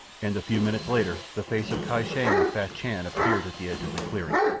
and a few minutes later the face of kai shang of fachan appeared at the edge of the clearing.